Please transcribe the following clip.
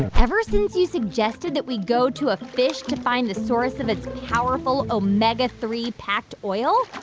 ever since you suggested that we go to a fish to find the source of its powerful, omega three packed oil,